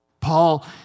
Paul